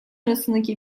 arasındaki